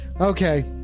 Okay